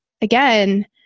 again